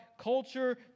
culture